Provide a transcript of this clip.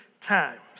times